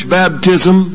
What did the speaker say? baptism